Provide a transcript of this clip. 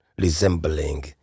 resembling